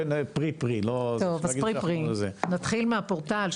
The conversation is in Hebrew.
נתחיל מהפורטל,